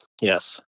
Yes